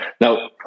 Now